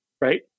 right